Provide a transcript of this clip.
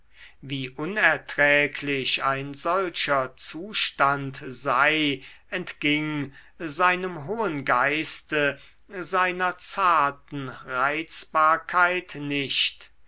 wie unerträglich ein solcher zustand sei entging seinem hohen geiste seiner zarten reizbarkeit nicht